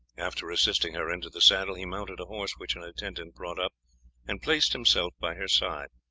after assisting her into the saddle he mounted a horse which an attendant brought up and placed himself by her side.